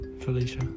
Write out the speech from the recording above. Felicia